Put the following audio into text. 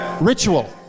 Ritual